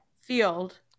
field